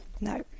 No